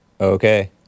Okay